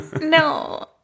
No